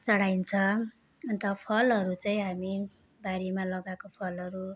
चढाइन्छ अन्त फलहरू चाहिँ हामी बारीमा लगाएको फलहरू